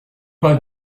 pas